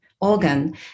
organ